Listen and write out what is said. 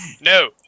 No